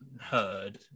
heard